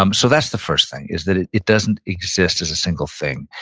um so, that's the first thing, is that it it doesn't exist as a single thing.